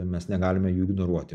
mes negalime jų ignoruoti